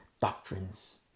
doctrines